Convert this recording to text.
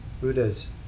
Buddha's